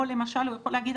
או למשל הוא יכול להגיד,